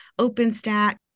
OpenStack